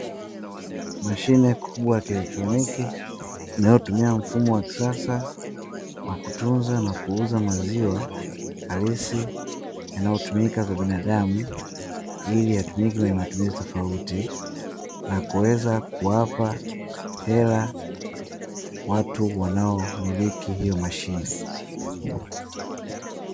Mashine kubwa ya kieletroniki inayotumia mfumo wa kisasa kwa kutuza na kuuza maziwa halisi yanayotumika kwa binadamu, ili yatumike kwenye matumizi tofauti na kuweza kuwapa hela watu wanaomiliki hiyo mashine.